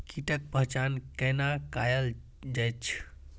कीटक पहचान कैना कायल जैछ?